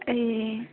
ए